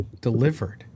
delivered